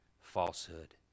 falsehood